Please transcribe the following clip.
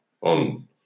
on